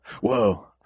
Whoa